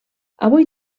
avui